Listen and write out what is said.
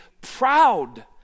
proud